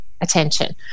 attention